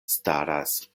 staras